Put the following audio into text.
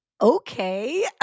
okay